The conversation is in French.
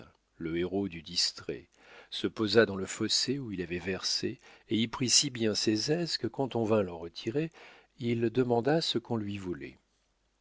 le héros du distrait se posa dans le fossé où il avait versé et y prit si bien ses aises que quand on vint l'en retirer il demanda ce qu'on lui voulait